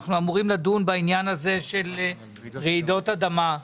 אנחנו אמורים לדון בעניין הזה של רעידות אדמה.